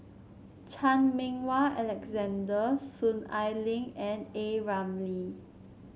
Chan Meng Wah Alexander Soon Ai Ling and A Ramli